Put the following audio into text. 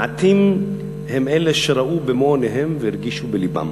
מעטים הם אלה שראו במו-עיניהם והרגישו בלבם.